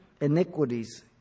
iniquities